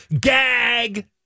Gag